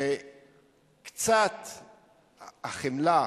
שקצת החמלה,